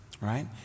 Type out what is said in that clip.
right